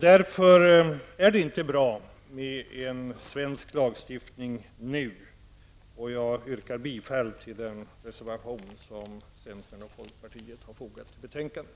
Därför är det inte bra med en svensk lagstiftning nu. Jag yrkar bifall till den reservation som centern och folkpartiet har fogat till betänkandet.